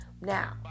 Now